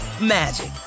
magic